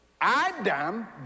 Adam